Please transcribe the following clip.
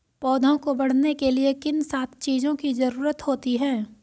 पौधों को बढ़ने के लिए किन सात चीजों की जरूरत होती है?